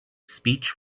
speech